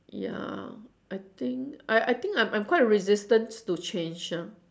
ya I think I I think I I'm quite resistance to change ah